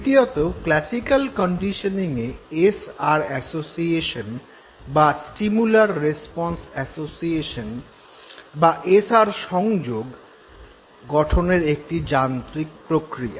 দ্বিতীয়ত classical conditioning S R association বা stimulus response association বা এস আর সংযোগ গঠনের একটি যান্ত্রিক প্রক্রিয়া